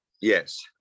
Yes